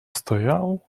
стоял